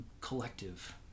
collective